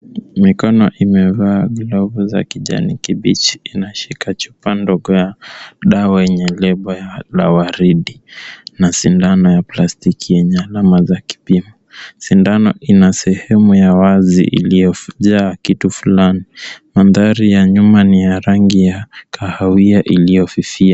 Mikono imevaa glovu za kijani kibichi. Inashika chupa ndogo ya dawa yanye lebo ya waridi na sindano ya plastiki yenye alama za kipimo. Sindano ina sehemu ya wazi iliyojaa kitu fulani. Mandhari ya nyuma ni ya rangi ya kahawia iliyofifia.